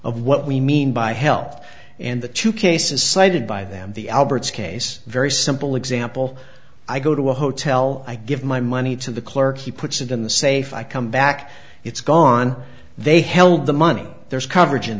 of what we mean by health and the two cases cited by them the alberts case very simple example i go to a hotel i give my money to the clerk he puts it in the safe i come back it's gone they held the money there's coverage in